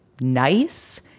nice